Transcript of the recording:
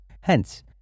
Hence